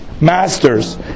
masters